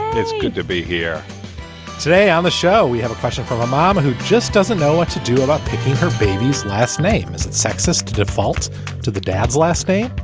it's good to be here today on the show, we have a question from mom who just doesn't know what to do about picking her baby's last name is it sexist to default to the dad's last name?